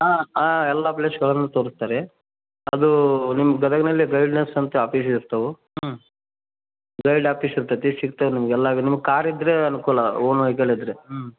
ಹಾಂ ಹಾಂ ಎಲ್ಲ ಪ್ಲೇಸ್ ಕವರ್ ಮಾಡಿ ತೋರಿಸ್ತಾರೆ ಅದು ನಿಮ್ಗೆ ಗದಗನಲ್ಲಿ ಗೈಡ್ಲೆನ್ಸ್ ಅಂತ ಆಪೀಸ್ ಇರ್ತವೆ ಹ್ಞೂ ಗೈಲ್ಡ್ ಆಫೀಸ್ ಇರ್ತತಿ ಸಿಗ್ತದೆ ನಿಮ್ಗೆಲ್ಲವು ನಿಮ್ಗೆ ಕಾರ್ ಇದ್ದರೆ ಅನುಕೂಲ ಓನ್ ವೆಯ್ಕಲ್ ಇದ್ದರೆ ಹ್ಞೂ